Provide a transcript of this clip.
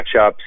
matchups